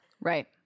Right